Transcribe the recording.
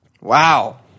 Wow